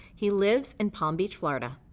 he lives in palm beach, florida.